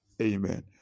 Amen